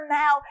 now